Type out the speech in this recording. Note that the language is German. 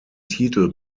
titel